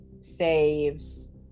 saves